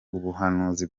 ubuhanuzi